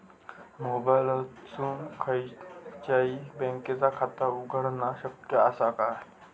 मोबाईलातसून खयच्याई बँकेचा खाता उघडणा शक्य असा काय?